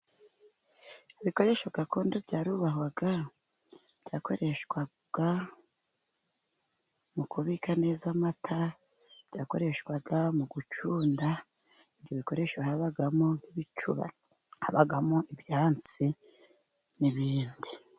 Ibikoresho gakondo byarubahwaga, byakoreshwaga mu kubika neza amata, byakoreshwaga mu gucunda, ibyo bikoresho habagamo nk'ibicuba, habagamo ibyansi, n'ibindi.